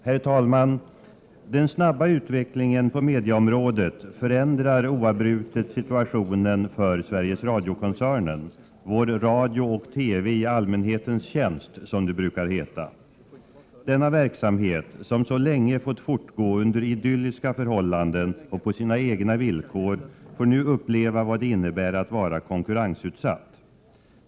Herr talman! Den snabba utvecklingen på mediaområdet förändrar oavbrutet situationen för Sveriges Radio-koncernen — vår radio och TV i allmänhetens tjänst, som det brukar heta. Denna verksamhet, som så länge kunnat fortgå under idylliska förhållanden och på sina egna villkor, får nu uppleva vad det innebär att vara konkurrensutsatt.